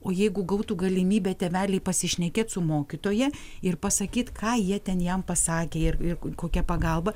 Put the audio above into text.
o jeigu gautų galimybę tėveliai pasišnekėt su mokytoja ir pasakyt ką jie ten jam pasakė ir ir kokia pagalba